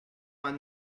vingt